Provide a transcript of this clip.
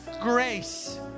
grace